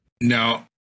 Now